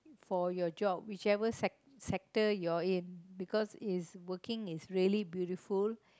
for your job whichever se sector you are in because is working is really beautiful